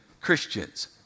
Christians